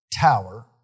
tower